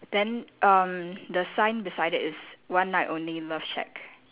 then um the sign beside it is one night only love shack